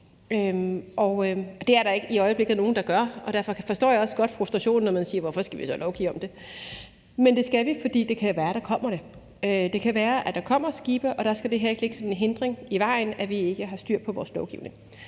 Det er der i øjeblikket ikke nogen der gør, og derfor forstår jeg også godt frustrationen, og at man siger: Hvorfor skal vi så lovgive om det? Men det skal vi, fordi det kan være, at der kommer det. Det kan være, at der kommer skibe, og så skal der ikke ligge den hindring, at vi ikke har styr på vores lovgivning.